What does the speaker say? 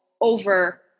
over